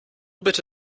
bitte